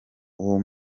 uwo